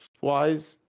wise